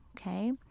Okay